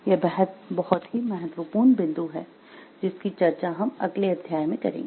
यह बहुत ही महत्वपूर्ण बिंदु है जिसकी चर्चा हम अगले अध्याय में करेंगे